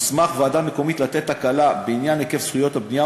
תוסמך ועדה מקומית לתת הקלה בעניין היקף זכויות הבנייה,